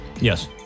Yes